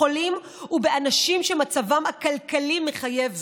בחולים ובאנשים שמצבם הכלכלי מחייב זאת.